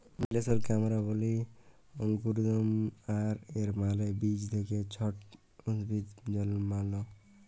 জেমিলেসলকে আমরা ব্যলি অংকুরোদগম আর এর মালে বীজ থ্যাকে ছট উদ্ভিদ জলমাল